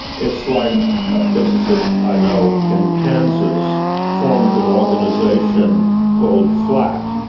it's like a physicist i know in kansas formed an organisation called flat.